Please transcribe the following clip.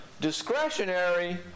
discretionary